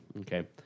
Okay